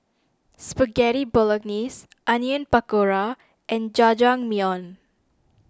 Spaghetti Bolognese Onion Pakora and Jajangmyeon